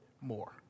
more